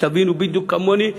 שתבינו בדיוק כמוני,